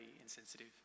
insensitive